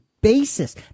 basis